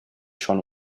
schon